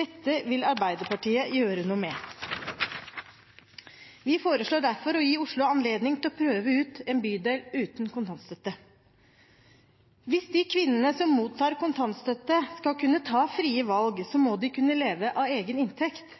Dette vil Arbeiderpartiet gjøre noe med. Vi foreslår derfor å gi Oslo anledning til å prøve ut en bydel uten kontantstøtte. Hvis de kvinnene som mottar kontantstøtte, skal kunne ta frie valg, må de kunne leve av egen inntekt.